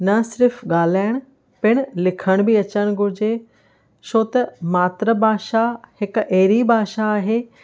न सिर्फ़ु ॻाल्हाइण पीण लिखण बि अचण घुरिजे छो त मातृभाषा हिकु अहिड़ी भाषा आहे